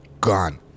Gone